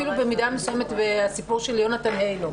אפילו במידה מסוימת הסיפור של יונתן היילו.